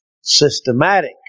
systematic